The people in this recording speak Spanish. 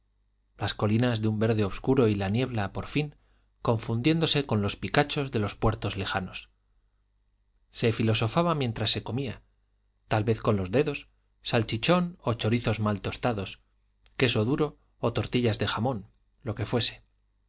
las colinas de un verde obscuro y la niebla por fin confundiéndose con los picachos de los puertos lejanos se filosofaba mientras se comía tal vez con los dedos salchichón o chorizos mal tostados queso duro o tortillas de jamón lo que fuese